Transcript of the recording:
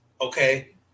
Okay